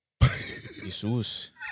Jesus